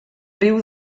riu